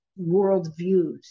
worldviews